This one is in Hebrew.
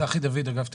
צחי דוד, אגף תקציבים,